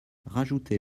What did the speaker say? rajouter